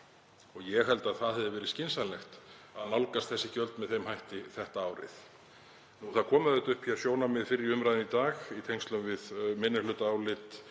Ég held að það hefði verið skynsamlegt að nálgast þessi gjöld með þeim hætti þetta árið. Það komu auðvitað upp sjónarmið fyrr í umræðunni í dag í tengslum við minnihlutaálit